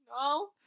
No